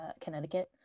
Connecticut